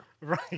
Right